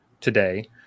today